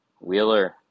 Wheeler